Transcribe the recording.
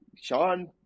Sean